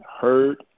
hurt